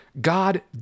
God